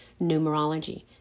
numerology